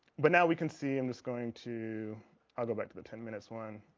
but now we can see i'm just going to i'll go back to the ten minutes one